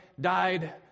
died